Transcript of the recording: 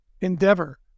endeavor